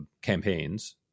campaigns